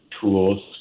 tools